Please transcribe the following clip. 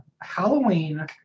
Halloween